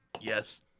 Yes